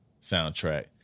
soundtrack